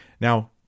Now